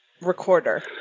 recorder